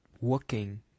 working